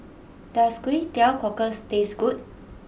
does Kway Teow Cockles taste good